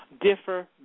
differ